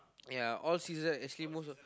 ya most season actually most